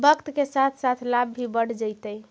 वक्त के साथ साथ लाभ भी बढ़ जतइ